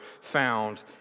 found